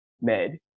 med